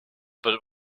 but